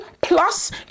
plus